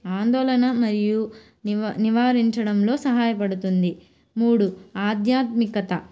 ఆందోళన మరియు నివ నివారించడంలో సహాయపడుతుంది మూడు ఆధ్యాత్మికత